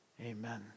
amen